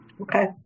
Okay